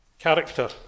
Character